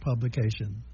publication